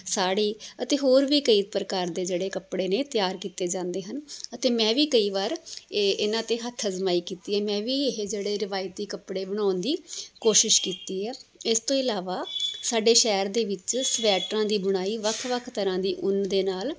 ਸਾੜੀ ਅਤੇ ਹੋਰ ਵੀ ਕਈ ਪ੍ਰਕਾਰ ਦੇ ਜਿਹੜੇ ਕੱਪੜੇ ਨੇ ਤਿਆਰ ਕੀਤੇ ਜਾਂਦੇ ਹਨ ਅਤੇ ਮੈਂ ਵੀ ਕਈ ਵਾਰ ਏ ਇਹਨਾਂ ਦੇ ਹੱਥ ਅਜਮਾਈ ਕੀਤੀ ਹੈ ਮੈਂ ਵੀ ਇਹ ਜਿਹੜੇ ਰਿਵਾਇਤੀ ਕੱਪੜੇ ਬਣਾਉਣ ਦੀ ਕੋਸ਼ਿਸ਼ ਕੀਤੀ ਹੈ ਇਸ ਤੋਂ ਇਲਾਵਾ ਸਾਡੇ ਸ਼ਹਿਰ ਦੇ ਵਿੱਚ ਸਵੈਟਰਾਂ ਦੀ ਬੁਣਾਈ ਵੱਖ ਵੱਖ ਤਰ੍ਹਾਂ ਦੀ ਉੱਨ ਦੇ ਨਾਲ